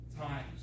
times